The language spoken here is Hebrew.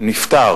נפטר